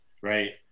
right